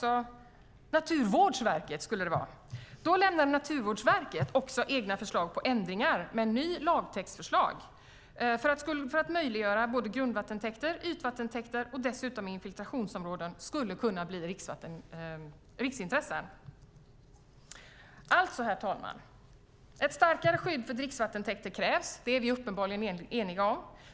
År 2009 lämnade Naturvårdsverket egna förslag på ändringar i lagtexten för att möjliggöra att grundvattentäkter, ytvattentäkter och infiltrationsområden skulle kunna bli riksintressen. Herr talman! Ett starkare skydd för dricksvattentäkter krävs. Det är vi uppenbarligen eniga om.